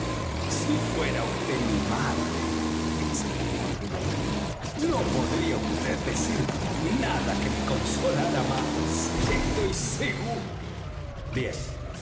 si fuera vd mi madre exclamó aquel hombre no podría vd decir nada que me consolara más estoy seguro bien